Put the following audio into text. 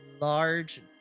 large